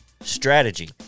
Strategy